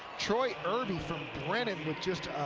troy irby from brennan with just a